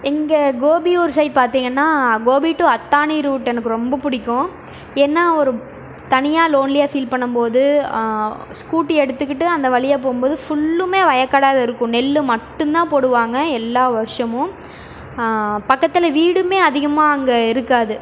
எங்கள் கோபி ஊர் சைட் பார்த்தீங்கன்னா கோபி டூ அத்தாணி ரூட் எனக்கு ரொம்ப பிடிக்கும் ஏன்னால் ஒரு தனியாக லோன்லியாக ஃபீல் பண்ணும்போது ஸ்கூட்டி எடுத்துக்கிட்டு அந்த வழியாக போகும்போது ஃபுல்லுமே வயக்காடாக தான் இருக்கும் நெல் மட்டும் தான் போடுவாங்க எல்லா வருஷமும் பக்கத்தில் வீடுமே அதிகமாக அங்கே இருக்காது